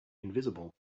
invisible